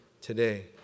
today